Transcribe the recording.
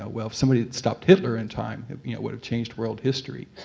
ah well if somebody had stopped hitler in time, it would've changed world history.